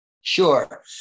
Sure